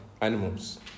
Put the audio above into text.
animals